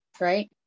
right